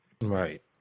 Right